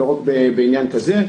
לא רק בעניין כזה.